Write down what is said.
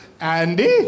Andy